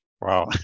Wow